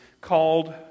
called